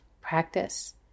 practice